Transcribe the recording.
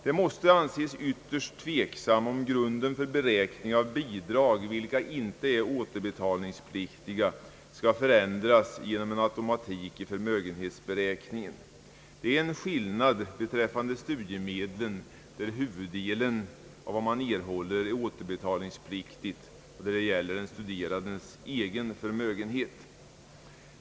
Det måste anses ytterst tveksamt om grunden för beräkning av bidrag, vilka icke är återbetalningspliktiga, skall förändras genom en automatik i förmögenhetsberäkningen. Det är en skillnad beträffande studiemedlen, där huvuddelen av vad man erhåller är återbetalningspliktig och där det gäller den studerandes egen förmögenhet.